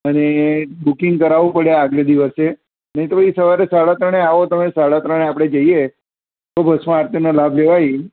અને બુકિંગ કરાવવું પડે આગલે દિવસે નહીં તો એ સવારે સાડા ત્રણે આવો તમે સાડા ત્રણે આપણે જઈએ તો ભસ્મ આરતીનો લાભ લેવાય